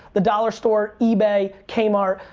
the dollar store, ebay, kmart,